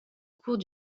cours